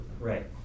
Right